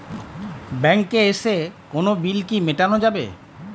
ব্যাংকে এসে কোনো বিল কি মেটানো যাবে?